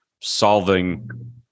solving